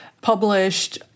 published